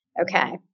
Okay